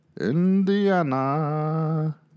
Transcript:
Indiana